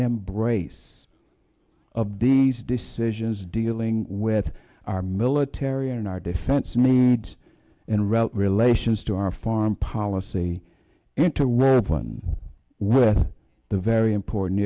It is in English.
embrace of these decisions dealing with our military and our defense moods and relative relations to our foreign policy and to well one with the very important